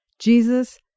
Jesus